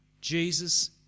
Jesus